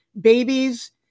babies